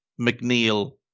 McNeil